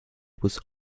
was